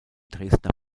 dresdner